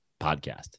podcast